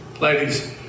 ladies